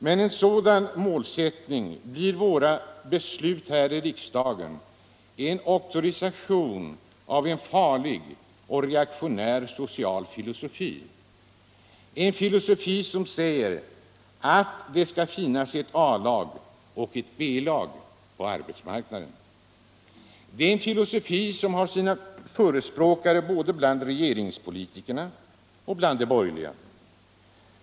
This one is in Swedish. Med en sådan målsättning blir våra beslut här i riksdagen en auktorisation av en farlig och reaktionär social filosofi; en filosofi som säger att det skall finnas ett A-lag och B-lag på arbetsmarknaden. Det är en filosofi som har sina förespråkare både bland regeringspolitikerna och bland de borgerliga.